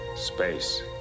space